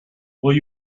will